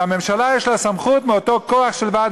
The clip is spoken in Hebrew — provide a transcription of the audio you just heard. והממשלה יש לה סמכות מאותו כוח של ועד